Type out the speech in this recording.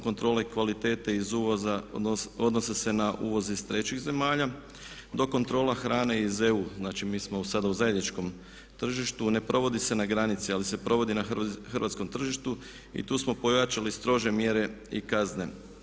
Kontrole kvalitete iz uvoza odnose se na uvoz iz trećih zemalja dok kontrola hrane iz EU, znači mi smo sada u zajedničkom tržištu ne provodi se na granici ali se provodi na hrvatskom tržištu i tu smo pojačali strože mjere i kazne.